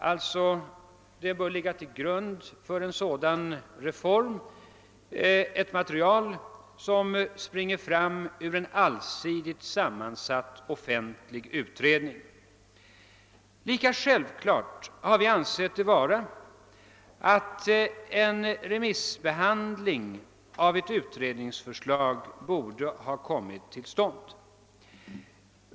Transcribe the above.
För en sådan reform bör det ligga till grund ett material, som springer fram ur en allsidigt sammansatt offentlig utredning. Lika självklart har vi ansett det vara alt en remissbehandling av ett utredningsförslag borde ha kommit till stånd.